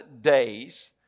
days